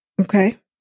okay